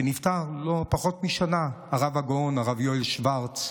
שנפטר לפני פחות משנה, הרב הגאון הרב יואל שוורץ,